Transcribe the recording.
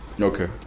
Okay